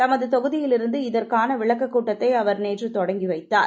தமது தொகுதியிலிருந்து இதற்கான விளக்க கூட்டத்தை அவர் நேற்று தொடங்கி வைத்தார்